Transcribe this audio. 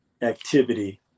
activity